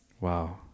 Wow